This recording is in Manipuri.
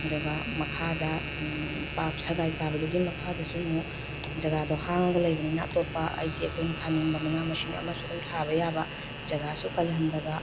ꯑꯗꯨꯒ ꯃꯈꯥꯗ ꯁꯒꯥꯏ ꯁꯥꯕꯗꯨꯒꯤ ꯃꯈꯥꯗꯁꯨ ꯑꯃꯨꯛ ꯖꯒꯥꯗꯣ ꯍꯥꯡꯉꯒ ꯂꯩꯕꯅꯤꯅ ꯑꯇꯣꯞꯄ ꯍꯥꯏꯗꯤ ꯑꯩꯈꯣꯏꯅ ꯊꯥꯅꯤꯡꯕ ꯃꯅꯥ ꯃꯁꯤꯡ ꯑꯃꯁꯨꯡ ꯑꯗꯨꯝ ꯊꯥꯕ ꯌꯥꯕ ꯖꯒꯥꯁꯨ ꯀꯜꯍꯟꯗꯕ